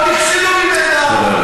או נכשלו בה.